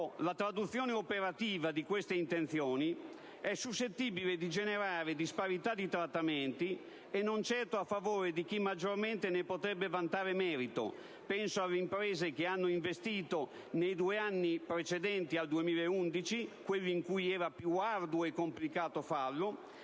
la traduzione operativa di queste intenzioni è suscettibile di generare disparità di trattamenti e non certo a favore di chi maggiormente ne potrebbe vantare merito (penso alle imprese che hanno investito nei due anni precedenti al 2011, quelli in cui era più arduo e complicato farlo)